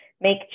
make